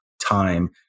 time